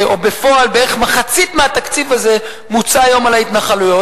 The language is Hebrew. בפועל מחצית מהתקציב הזה מוצא היום על התנחלויות.